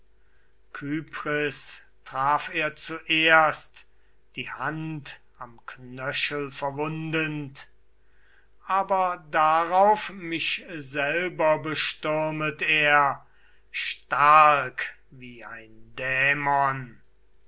traf er zuerst die hand am knöchel verwundend aber darauf mich selber bestürmet er stark wie ein dämon